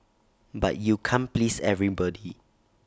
but you can't please everybody